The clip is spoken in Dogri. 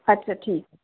अच्छा ठीक ऐ